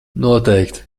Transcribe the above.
noteikti